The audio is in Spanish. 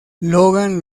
logan